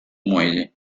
muelle